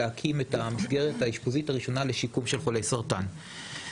את המסגרת האשפוזית הראשונה לשיקום של חולי סרטן.